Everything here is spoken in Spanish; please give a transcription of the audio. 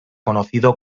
conocido